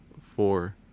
four